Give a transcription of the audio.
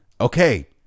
Okay